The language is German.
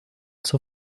zur